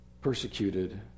persecuted